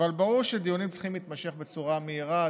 אבל ברור שדיונים צריכים להתנהל בצורה מהירה.